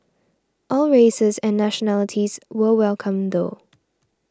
all races and nationalities were welcome though